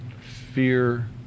fear